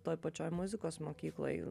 toj pačioj muzikos mokykloje